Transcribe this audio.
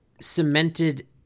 cemented